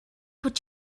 put